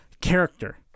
character